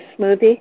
smoothie